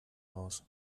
raus